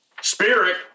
Spirit